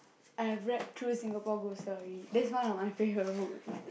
I have read through Singapore ghost stories that's one of my favorite book